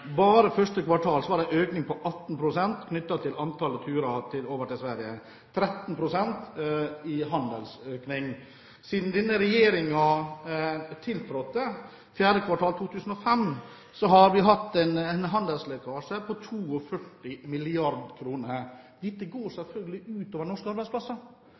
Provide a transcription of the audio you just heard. Bare første kvartal var det en økning på 18 pst. knyttet til antallet turer over til Sverige, 13 pst. i handelsøkning. Siden denne regjeringen tiltrådte, fjerde kvartal 2005, har vi hatt en handelslekkasje på 42 milliarder kr. Dette går selvfølgelig ut over norske arbeidsplasser,